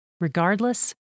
Regardless